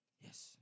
Yes